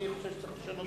אני חושב שצריך לשנות,